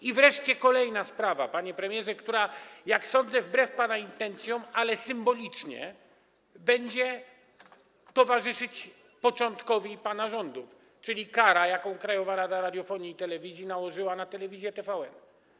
I wreszcie kolejna sprawa, panie premierze, która - jak sądzę - wbrew pana intencjom, ale symbolicznie będzie towarzyszyć początkowi pana rządów, czyli kara, jaką Krajowa Rada Radiofonii i Telewizji nałożyła na telewizję TVN.